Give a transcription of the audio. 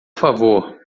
favor